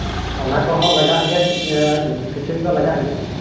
ᱚᱱᱟ ᱠᱚᱦᱚᱸ ᱞᱟᱜᱟᱜ ᱜᱮᱭᱟ ᱠᱤᱪᱷᱩ ᱠᱤᱪᱷᱩ ᱫᱚ ᱞᱟᱜᱟᱜ ᱜᱮᱭᱟ